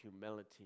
humility